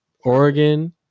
Oregon